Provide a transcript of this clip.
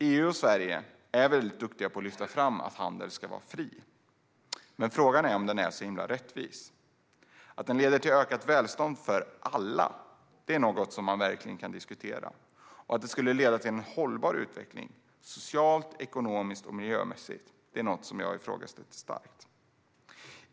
EU och Sverige är duktiga på att lyfta fram att handeln ska vara fri, men frågan är om den är så himla rättvis. Att den leder till ökat välstånd för alla kan man verkligen diskutera, och att den skulle leda till hållbar utveckling socialt, ekonomiskt och miljömässigt ifrågasätter jag starkt.